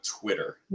twitter